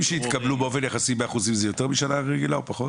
שהתקבלו באופן יחסי באחוזים זה יותר משנה רגילה או פחות?